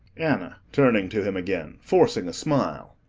anna turning to him again forcing a smile.